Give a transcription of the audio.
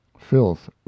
Filth